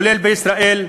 כולל בישראל.